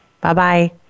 Bye-bye